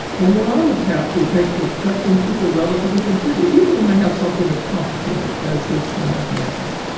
and we're on the path, we think, to correcting people relatively completely, even when they have something as complicated as this form of madness.